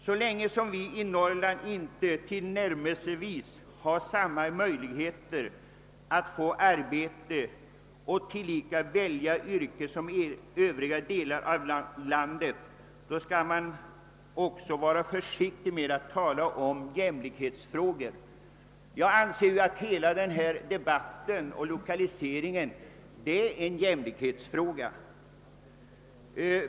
Så länge som vi i Norrland inte har tillnärmelsevis samma möjligheter som man har i övriga delar av landet att få arbete och välja yrke skall man vara försiktig med att tala om jämlikhet. Jag anser att hela lokaliseringspolitiken är en jämlikhetsfråga.